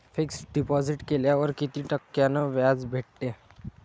Fix deposit केल्यावर कितीक टक्क्यान व्याज भेटते?